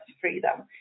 freedom